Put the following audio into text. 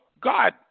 God